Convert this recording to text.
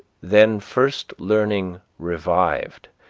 then first learning revived,